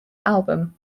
album